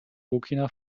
burkina